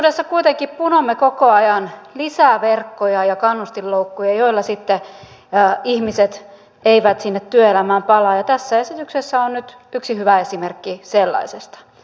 todellisuudessa kuitenkin punomme koko ajan lisää verkkoja ja kannustinloukkuja joilla sitten ihmiset eivät sinne työelämään palaa ja tässä esityksessä on nyt yksi hyvä esimerkki sellaisesta